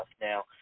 now